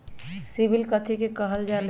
CIBIL कथि के काहल जा लई?